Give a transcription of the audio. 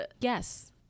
yes